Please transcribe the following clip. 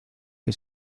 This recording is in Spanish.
que